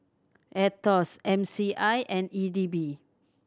Aetos M C I and E D B